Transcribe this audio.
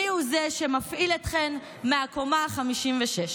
מיהו זה שמפעיל אתכן מהקומה ה-56.